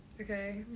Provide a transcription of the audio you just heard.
okay